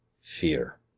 fear